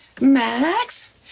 Max